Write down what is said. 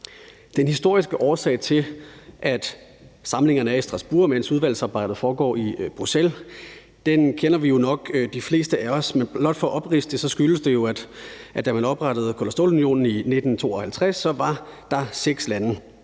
Den historiske årsag til, at samlingerne er i Strasbourg, mens udvalgsarbejdet foregår i Bruxelles, kender de fleste af os jo nok, men blot for at opridse det, skyldes det, at da man oprettede Kul- og Stålunionen i 1952, var der seks lande,